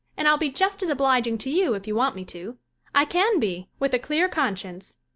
and i'll be just as obliging to you if you want me to i can be, with a clear conscience.